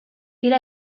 dira